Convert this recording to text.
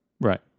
Right